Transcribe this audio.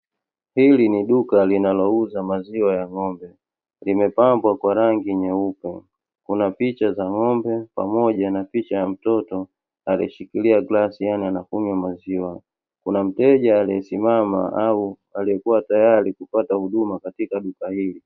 Hili ni duka linalouza maziwa ya ng'ombe. Limepambwa kwa rangi nyeupe, kuna picha za ng'ombe, pamoja na picha ya mtoto aliyeshikilia glasi yaani anakunywa maziwa. Kuna mteja aliyesimama au aliyekuwa tayari kupata huduma katika duka hili.